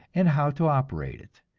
and how to operate it.